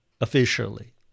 officially